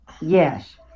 Yes